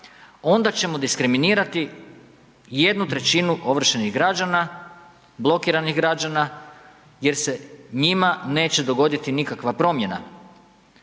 onda ćemo diskriminirati jednu trećinu ovršenih građana, blokiranih građana jer se njima neće dogoditi nikakva promjena.